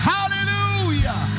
Hallelujah